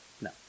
No